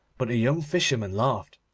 but the young fisherman laughed.